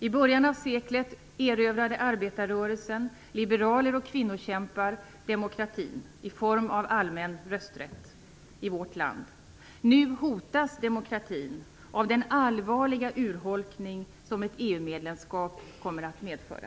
I början av seklet erövrade arbetarrörelsen, liberaler och kvinnokämpar demokratin i form av allmän rösträtt i vårt land. Nu hotas demokratin av den allvarliga urholkning som ett EU-medlemskap kommer att medföra.